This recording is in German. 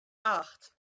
acht